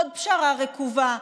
עוד פשרה רקובה,